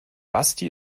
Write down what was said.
basti